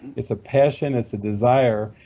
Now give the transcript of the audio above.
it's a passion, it's a desire.